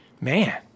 man